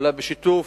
אולי בשיתוף